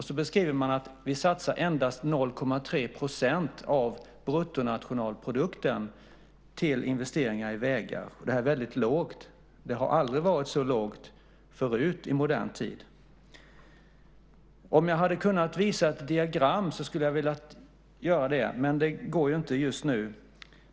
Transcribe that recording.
Sedan skriver man: Vi satsar endast 0,3 % av bruttonationalprodukten till investeringar i vägar, och det är väldigt lågt. Det har aldrig tidigare varit så lågt i modern tid. Om jag hade kunnat visa ett diagram skulle jag ha velat göra det, men det går ju inte just nu.